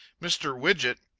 mr. wiget,